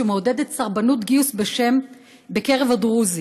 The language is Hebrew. שמעודדת סרבנות גיוס בקרב הדרוזים.